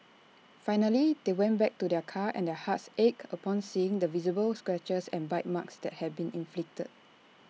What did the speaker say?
finally they went back to their car and their hearts ached upon seeing the visible scratches and bite marks that had been inflicted